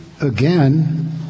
again